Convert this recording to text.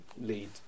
lead